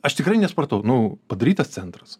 aš tikrai nesupratau nu padarytas centras